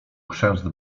chrzęst